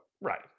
Right